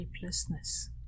helplessness